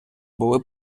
були